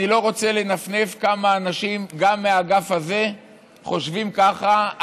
אני לא רוצה לנפנף כמה אנשים גם מהאגף הזה חושבים ככה,